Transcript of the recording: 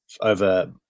over